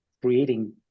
creating